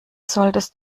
solltest